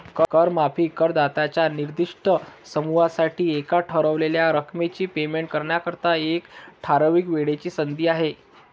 कर माफी करदात्यांच्या निर्दिष्ट समूहासाठी एका ठरवलेल्या रकमेचे पेमेंट करण्याकरिता, एका ठराविक वेळेची संधी आहे